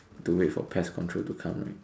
to wait for pest control to come right